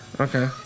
okay